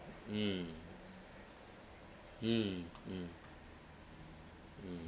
mm mm mm mm